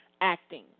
acting